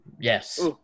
Yes